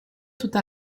tutta